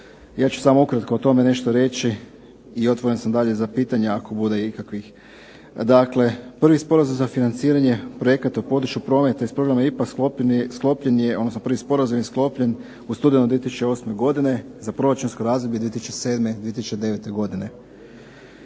Ja ću samo ukratko o tome nešto reći i otvoren sam dalje za pitanja ako bude ikakvih. Dakle, prvi sporazum za financiranje projekata u području Prometa iz programa IPA je sklopljen u studenom 2008. godine za proračunsko razdoblje 2007.-2009. godine.